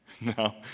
No